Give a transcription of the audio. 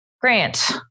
Grant